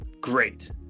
great